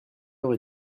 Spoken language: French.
heure